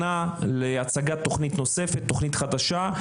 ההמתנה להצגת תכנית נוספת, תכנית חדשה,